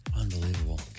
Unbelievable